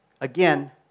Again